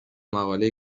مقالهای